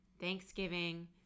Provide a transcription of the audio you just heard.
Thanksgiving